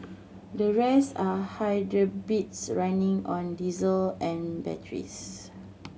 the rest are running on diesel and batteries